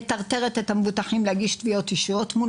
מטרטרת את המבוטחים להגיש תביעות אישיות מול